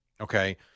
Okay